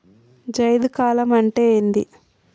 జైద్ కాలం అంటే ఏంది?